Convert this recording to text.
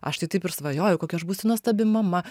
aš tai taip ir svajojau kokia aš būsiu nuostabi mama